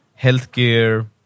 healthcare